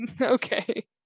okay